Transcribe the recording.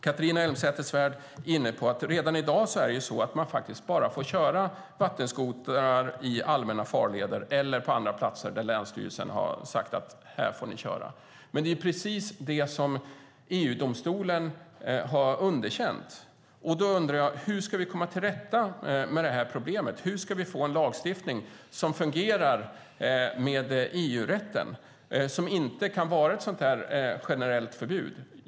Catharina Elmsäter-Svärd är inne på att det redan i dag är så att man bara får köra vattenskotrar i allmänna farleder eller på andra platser där länsstyrelsen har sagt att man får köra. Men det är precis det som EU-domstolen har underkänt. Då undrar jag: Hur ska vi komma till rätta med problemet? Hur ska vi få en lagstiftning som fungerar med EU-rätten och därmed inte kan vara ett generellt förbud?